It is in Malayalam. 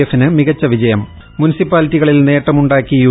എഫിന് മികച്ച വിജയ്ക്ക് മു്നിസിപ്പാലിറ്റികളിൽ നേട്ടമുണ്ടാക്കി യു